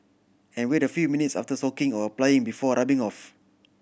and wait a few minutes after soaking or applying before rubbing off